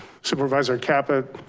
supervisor caput,